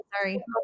Sorry